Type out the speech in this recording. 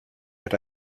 hará